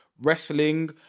wrestling